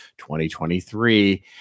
2023